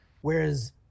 Whereas